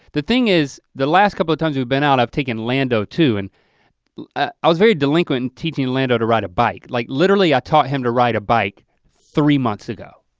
the thing is, the last couple times we've been out i've taken lando too and i was very delinquent in teaching lando to ride a bike, like literally, i taught him to ride a bike three months ago.